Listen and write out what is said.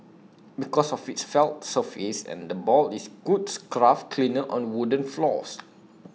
because of its felt surface and the ball is A good scruff cleaner on wooden floors